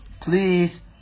Please